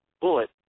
bullet